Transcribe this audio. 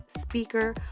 speaker